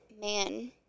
man